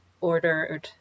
ordered